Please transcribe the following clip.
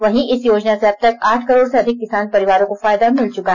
वहीं इस योजना से अब तक आठ करोड़ से अधिक किसान परिवारों को फायदा मिल चुका है